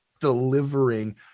delivering